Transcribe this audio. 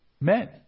men